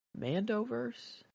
Mandoverse